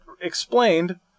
explained